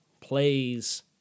plays